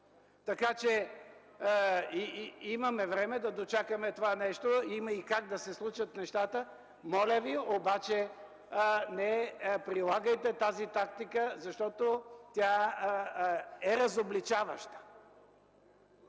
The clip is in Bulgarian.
Така че имаме време да дочакаме това нещо, има и как да се случат нещата. Моля Ви обаче не прилагайте тази тактика, защото тя е разобличаваща.